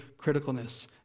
criticalness